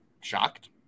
shocked